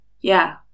Yeah